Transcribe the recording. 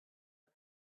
her